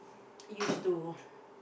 used to